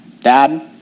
dad